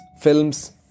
films